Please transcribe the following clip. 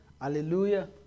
hallelujah